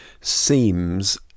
seems